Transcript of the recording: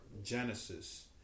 Genesis